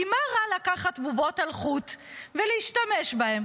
כי מה רע לקחת בובות על חוט ולהשתמש בהן?